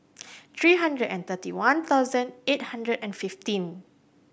three hundred and thirty one thousand eight hundred and fifteen